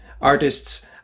artists